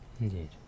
Indeed